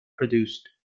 produced